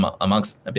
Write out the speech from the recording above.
amongst